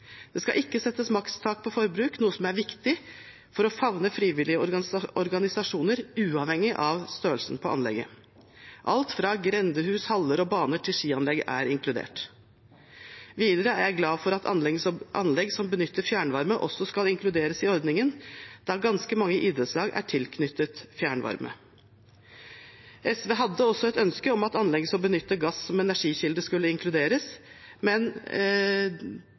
Det skal ikke settes makstak på forbruk, noe som er viktig for å favne frivillige organisasjoner, uavhengig av størrelsen på anlegget. Alt fra grendehus, haller og bane til skianlegg er inkludert. Videre er jeg glad for at anlegg som benytter fjernvarme, også skal inkluderes i ordningen, da ganske mange idrettslag er tilknyttet fjernvarme. SV hadde også et ønske om at anlegg som benytter gass som energikilde, skulle inkluderes, men